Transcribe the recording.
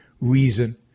reason